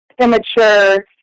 immature